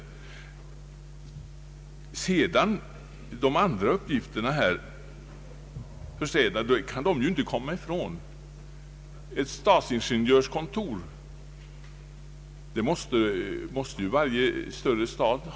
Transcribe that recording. Vad sedan gäller de övriga uppgifterna kan man inte komma ifrån att varje större stad t. ex, måste ha ett ingenjörskontor.